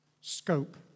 scope